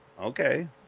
Okay